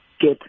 get